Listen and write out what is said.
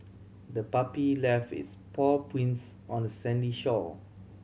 the puppy left its paw prints on the sandy shore